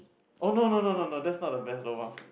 oh no no no no no that's not the best lobang